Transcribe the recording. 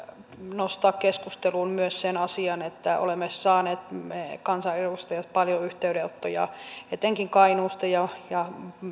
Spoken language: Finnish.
nostaa keskusteluun myös sen asian että olemme saaneet me kansanedustajat paljon yhteydenottoja etenkin kainuusta ja ja